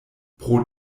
pro